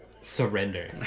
surrender